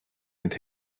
mynd